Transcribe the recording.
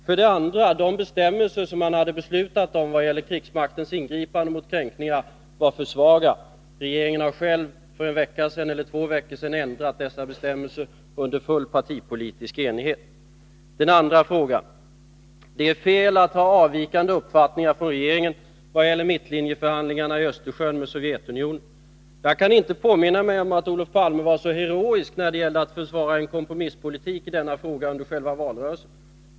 För det andra: De bestämmelser som man hade beslutat om vad gäller krigsmaktens ingripande mot kränkningar var för svaga. Regeringen har själv för en eller två veckor sedan ändrat dessa bestämmelser, under full partipolitisk enighet. 2. Det är fel att ha från regeringen avvikande uppfattningar vad gäller mittlinjeförhandlingarna om Östersjön med Sovjetunionen. Jag kan inte påminna mig att Olof Palme var så heroisk när det gällde att försvara en kompromisspolitik i denna fråga under själva valrörelsen.